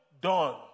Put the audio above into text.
done